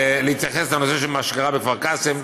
להתייחס לנושא של מה שקרה בכפר קאסם,